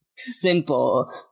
simple